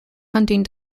hunting